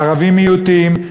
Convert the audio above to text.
הערבים מיעוטים,